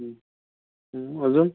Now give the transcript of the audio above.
हं हं अजून